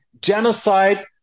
genocide